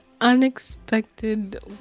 unexpected